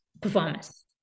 performance